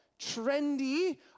trendy